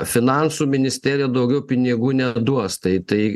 finansų ministerija daugiau pinigų neduos tai tai